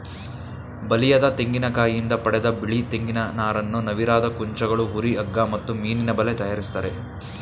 ಬಲಿಯದ ತೆಂಗಿನಕಾಯಿಂದ ಪಡೆದ ಬಿಳಿ ತೆಂಗಿನ ನಾರನ್ನು ನವಿರಾದ ಕುಂಚಗಳು ಹುರಿ ಹಗ್ಗ ಮತ್ತು ಮೀನಿನಬಲೆ ತಯಾರಿಸ್ತರೆ